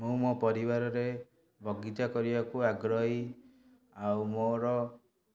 ମୁଁ ମୋ ପରିବାରରେ ବଗିଚା କରିବାକୁ ଆଗ୍ରହୀ ଆଉ ମୋର